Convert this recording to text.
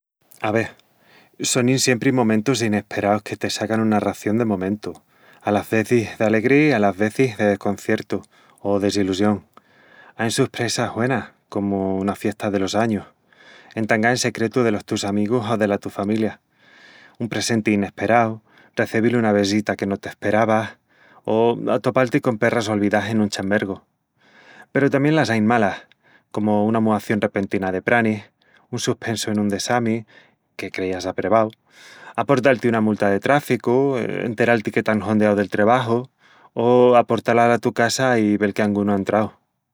Ave... sonin siempri momentus inesperaus que te sacan una ración de momentu, alas vezis d'alegri, alas vezis de desconciertu o desilusión. Ain suspresas güenas comu una fiesta delos añus, entangá en secretu delos tus amigus o dela tu familia, un presenti inesperau, recebil una vesita que no t'esperavas o atopal-ti con perras olvidás en un chambergu. Peru tamién las ain malas, comu una muación repentina de pranis, un suspensu en un dessami que creías aprevau... aportal-ti una multa de tráficu, enteral-ti que t'án hondeau del trebaju o aportal ala tu casa i vel que angunu á entrau..